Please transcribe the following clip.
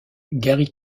gary